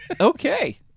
Okay